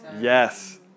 Yes